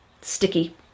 sticky